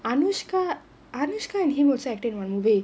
anushka anushka and him also I think